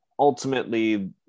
Ultimately